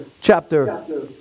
chapter